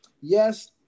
Yes